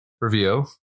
Review